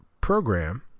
program